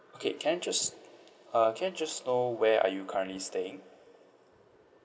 okay can I just uh can I just know where are you currently staying